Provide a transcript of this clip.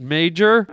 Major